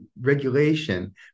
regulation